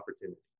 opportunity